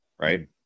right